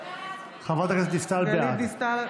חברת הכנסת דיסטל בעד.